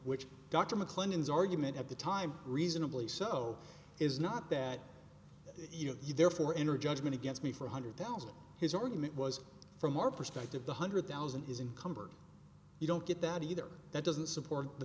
mcclellan's argument at the time reasonably so is not that you know you therefore enter judgment against me for a hundred thousand his argument was from our perspective the hundred thousand is encumbered you don't get that either that doesn't support the